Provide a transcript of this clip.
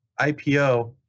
IPO